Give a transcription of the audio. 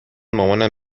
مامانم